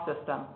system